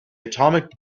atomic